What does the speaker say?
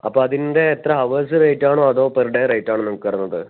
അപ്പം അതിൻ്റെ എത്ര ഹവേഴ്സ് റേറ്റാണോ അതോ പെർ ഡേ റേറ്റാണോ നമുക്ക് വരുന്നത്